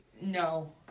No